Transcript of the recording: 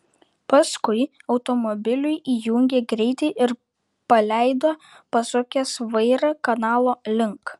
paskui automobiliui įjungė greitį ir paleido pasukęs vairą kanalo link